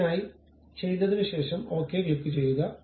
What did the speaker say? അതിനായി ചെയ്തതിനുശേഷം okay click ചെയ്യുക